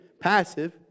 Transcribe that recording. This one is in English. Passive